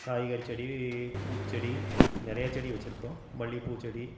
காய்கறி செடி பூச்செடி நிறைய செடி வச்சிருக்கோம் மல்லிகைப்பூ செடி